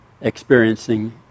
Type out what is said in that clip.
experiencing